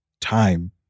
time